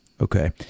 okay